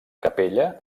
capella